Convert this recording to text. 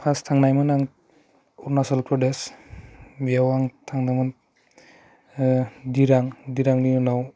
first थांनायमोन आं अरुनाचल प्रदेश बेयाव आं थांदोंमोन ओह डिरां डिरांनि उनाव